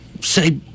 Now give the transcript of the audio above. say